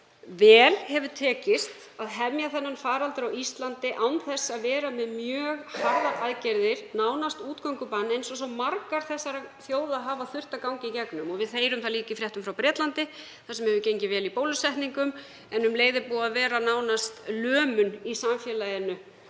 vel hefur tekist að hemja þennan faraldur á Íslandi án þess að vera með mjög harðar aðgerðir, nánast útgöngubann eins og svo margar þessara þjóða hafa þurft að ganga í gegnum. Við heyrum það líka í fréttum frá Bretlandi þar sem hefur gengið vel í bólusetningum en um leið hefur samfélagið